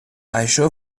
això